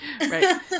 Right